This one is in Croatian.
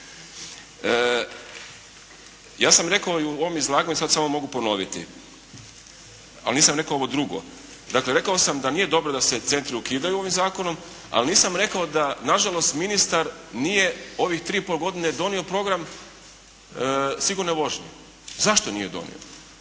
Ja sam rekao i u ovom izlaganju sad samo mogu ponoviti, ali nisam rekao ovo drugo. Dakle, rekao sam da nije dobro da se centri ukidaju ovim zakonom, ali nisam rekao da na žalost ministar nije ovih 3 i pol godine donio program o sigurnoj vožnji. Zašto nije donio?